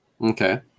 Okay